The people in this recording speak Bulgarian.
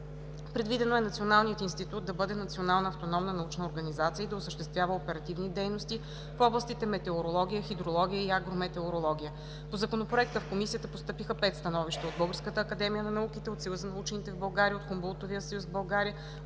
метеорология и хидрология да бъде национална автономна научна организация и да осъществява оперативни дейности в областите метеорология, хидрология и агрометеорология. По Законопроекта в Комисията постъпиха 5 становища – от Българската академия на науките, от Съюза на учените в България, от Хумболтовия съюз в България,